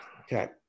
Okay